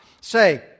say